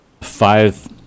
five